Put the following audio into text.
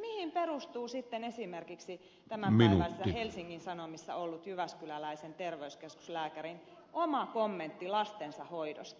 mihin perustuu esimerkiksi tämänpäiväisissä helsingin sanomissa ollut jyväskyläläisen terveyskeskuslääkärin oma kommentti lastensa hoidosta